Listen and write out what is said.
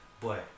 boy